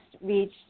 reached